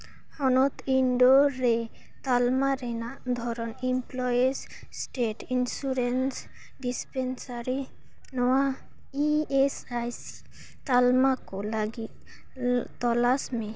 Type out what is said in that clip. ᱦᱚᱱᱚᱛ ᱤᱱᱰᱳᱨ ᱨᱮ ᱛᱟᱞᱢᱟ ᱨᱮᱱᱟᱜ ᱫᱷᱚᱨᱚᱱ ᱮᱢᱯᱞᱳᱭᱤᱡᱽ ᱥᱴᱮᱴ ᱤᱱᱥᱩᱨᱮᱱᱥ ᱰᱤᱥᱯᱮᱱᱥᱟᱨᱤ ᱱᱚᱣᱟ ᱤ ᱮᱥ ᱟᱭ ᱥᱤ ᱛᱟᱞᱢᱟ ᱠᱚ ᱞᱟᱹᱜᱤᱫ ᱛᱚᱞᱟᱥ ᱢᱮ